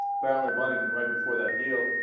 belly buying but right before that deal